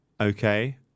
Okay